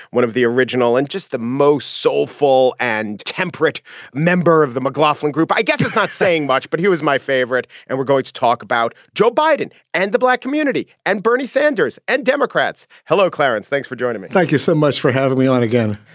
one of the original and just the most soulful and temperate member of the mcglaughlin group, i guess is not saying much, but he was my favorite. and we're going to talk about joe biden and the black community and bernie sanders and democrats. hello, clarence. thanks for joining me. thank you so much for having me on again.